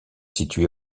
situé